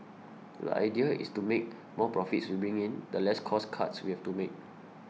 the idea is to make more profits we bring in the less cost cuts we have to make